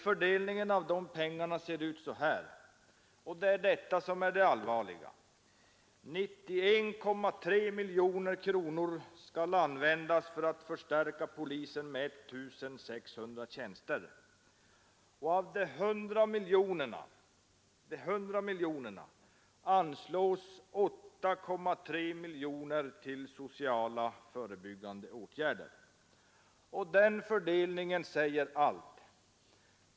Fördelningen av dessa pengar ser ut så här — detta är det allvarliga: 91,3 miljoner kronor skall användas för att förstärka polisen med 1 600 tjänster. Av de 100 miljonerna anslås 8,3 miljoner till sociala förebyggande åtgärder. Denna fördelning säger allt.